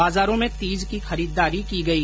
बाजारों में तीज की खरीददारी की गई